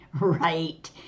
right